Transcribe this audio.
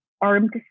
armed